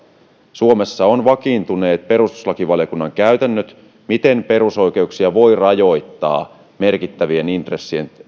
suomessa on vakiintuneet perustuslakivaliokunnan käytännöt siitä miten perusoikeuksia voi rajoittaa merkittävien intressien